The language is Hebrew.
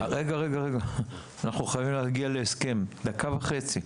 אנחנו חייבים להגיע להסכם דקה וחצי.